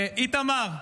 איתמר,